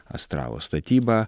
astravo statybą